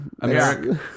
America